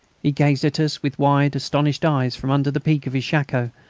he gazed at us with wide astonished eyes from under the peak of his shako,